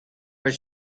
but